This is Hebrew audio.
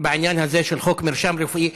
גם בעניין הזה של חוק מרשם רפואי.